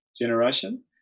generation